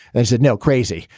i said, no. crazy.